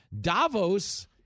Davos